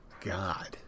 God